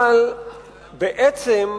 אבל בעצם,